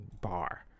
bar